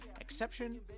exception